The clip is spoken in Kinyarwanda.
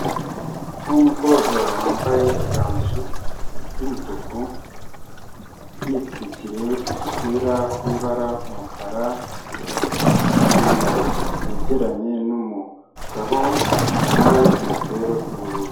Ni umukobwa wambaye ikanzu y'umutuku, yitwikiriyeho umupira w'ibara umukara n'umweru, yegeranye n'umugabo wambaye ingofero y'ubururu.